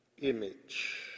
image